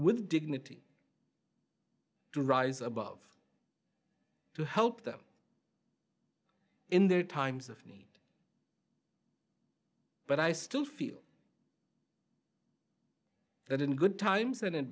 with dignity to rise above to help them in their times of me but i still feel that in good times and